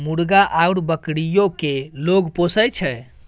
मुर्गा आउर बकरीयो केँ लोग पोसय छै